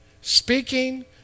speaking